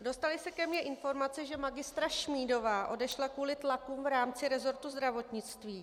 Dostaly se ke mně informace, že magistra Šmídová odešla kvůli tlakům v rámci resortu zdravotnictví.